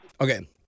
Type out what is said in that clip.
Okay